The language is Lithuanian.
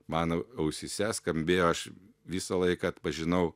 mano ausyse skambėjo aš visą laiką atpažinau